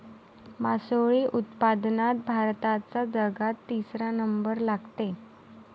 मासोळी उत्पादनात भारताचा जगात तिसरा नंबर लागते